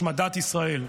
השמדת ישראל,